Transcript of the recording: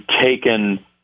taken